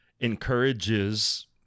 encourages